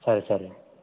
సరే సరే